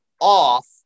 off